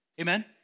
Amen